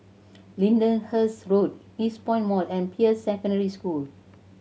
Lyndhurst Road Eastpoint Mall and Peirce Secondary School